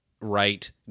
right